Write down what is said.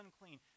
unclean